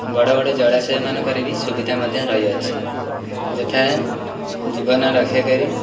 ବଡ଼ ବଡ଼ ଜଳାଶୟମାନଙ୍କରେ ବି ସୁବିଧା ମଧ୍ୟ ରହିଅଛି ଯଥା ଜୀବନ ରକ୍ଷାକାରୀ